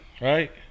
right